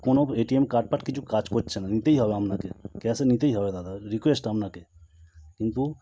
কোনো ATM card ফার্ড কিছু কাজ করছে না নিতেই হবে আপনাকে ক্যাশে নিতেই হবে দাদা রিকোয়েস্ট আপনাকে কিন্তু